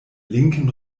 linken